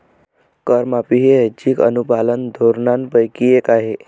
करमाफी ही ऐच्छिक अनुपालन धोरणांपैकी एक आहे